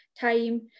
time